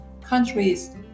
countries